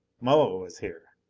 moa was here.